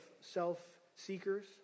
self-seekers